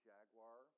Jaguar